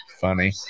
funny